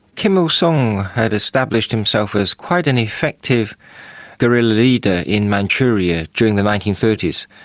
kim il-sung has established himself as quite an effective guerrilla leader in manchuria during the nineteen thirty s.